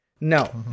no